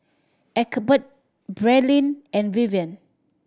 Egbert Braelyn and Vivian